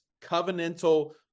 covenantal